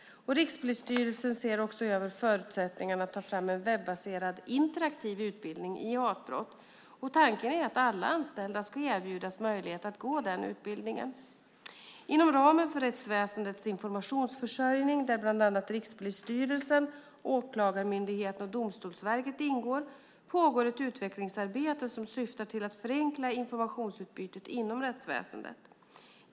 Rikspolisstyrelsen ser också över förutsättningarna för att ta fram en webbaserad interaktiv utbildning i hatbrott. Tanken är att alla anställda ska erbjudas möjlighet att gå utbildningen. Inom ramen för Rättsväsendets Informationsförsörjning , där bland annat Rikspolisstyrelsen, Åklagarmyndigheten och Domstolsverket ingår, pågår ett utvecklingsarbete som syftar till att förenkla informationsutbytet inom rättsväsendet.